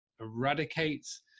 eradicates